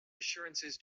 assurances